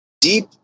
deep